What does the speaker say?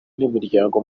nimiryango